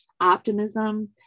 optimism